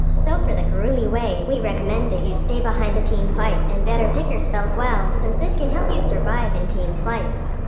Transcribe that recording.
so for the kurumi way, we recommend that you stay behind the team fight, and better pick your spells well since this can help you survive in team fights.